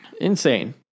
Insane